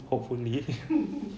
hopefully